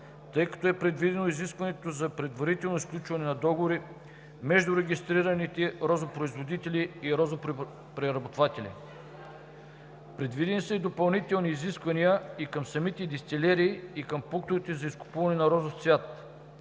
тъй като е предвидено изискването за предварително сключване на договори между регистрираните розопроизводители и розопреработватели. Предвидени са и допълнителни изисквания и към самите дестилерии, и към пунктовете за изкупуване на розов цвят.